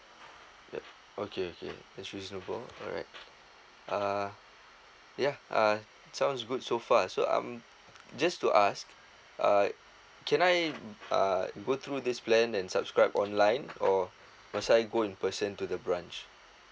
yup okay okay that's reasonable alright uh yeah uh sounds good so far so um just to ask uh can I uh go through this plan and subscribe online or must I go in person to the branch